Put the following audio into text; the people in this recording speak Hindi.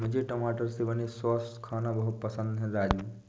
मुझे टमाटर से बने सॉस खाना बहुत पसंद है राजू